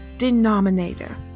denominator